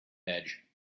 edge